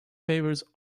favours